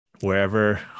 wherever